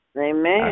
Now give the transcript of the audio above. Amen